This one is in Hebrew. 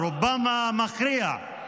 רובם, רובם המכריע.